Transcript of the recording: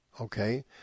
Okay